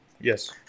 Yes